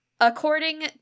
According